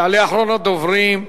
יעלה אחרון הדוברים,